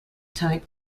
type